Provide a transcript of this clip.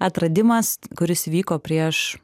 atradimas kuris vyko prieš